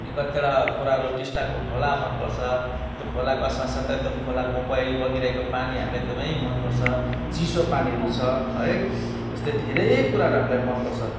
ने कतिवटा कुराहरू टिस्टाको खोला मनपर्छ त्यो खोलाको साथ साथै त्यो खोलाको बहि बगिरहेको पानी हामीलाई एकदमै मनपर्छ चिसो पानीहरू छ है यस्तै धेरै कुराहरू हामीलाई मनपर्छ